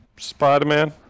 spider-man